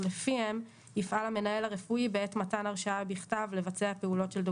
לפיהן יפעל המנהל הרפואי בעת מתן הרשאה בכתב לבצע פעולות של דוגם.